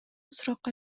суракка